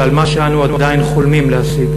ועל מה שאנו עדיין חולמים להשיג,